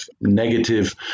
negative